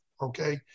Okay